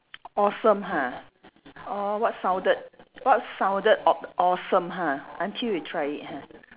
awesome ha orh what sounded what sounded awe~ awesome ha until you tried it ha